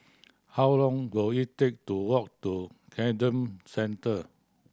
how long will it take to walk to Camden Centre